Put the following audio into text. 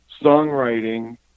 songwriting